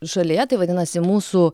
šalyje tai vadinasi mūsų